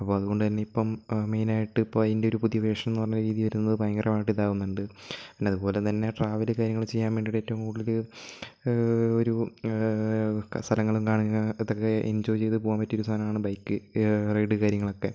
അപ്പൊ അതുകൊണ്ടുതന്നെ ഇപ്പം മെയിൻ ആയിട്ട് ഇപ്പോൾ അതിന്റെ ഒരു പുതിയ വെർഷൻ എന്നു പറഞ്ഞ രീതിയിൽ വരുന്നത് ഭയങ്കരമായിട്ട് ഇതാവുന്നുണ്ട് പിന്നെ അതുപോലെത്തന്നെ ട്രാവൽ കാര്യങ്ങൾ ചെയ്യാൻ വേണ്ടിയിട്ട് ഏറ്റവും കൂടുതൽ ഒരു ക സ്ഥലങ്ങളും കാണുക ഇതൊക്കെ എൻജോയ് ചെയ്തു പോകാൻ പറ്റിയൊരു സാധനമാണ് ബൈക്ക് റൈഡ് കാര്യങ്ങളൊക്കെ